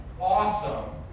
awesome